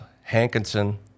Hankinson